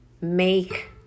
make